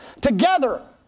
Together